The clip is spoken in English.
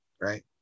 right